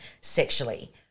sexually